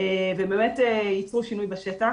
ובאמת ייצרו שינוי בשטח.